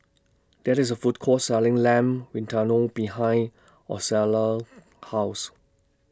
There IS A Food Court Selling Lamb Vindaloo behind Ozella's House